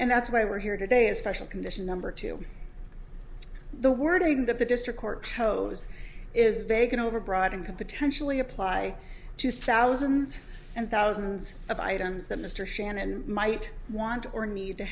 and that's why we're here today is special condition number two the wording that the district court chose is vague and overbroad and could potentially apply to thousands and thousands of items that mr shannon might want or need to